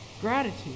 Gratitude